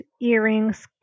earrings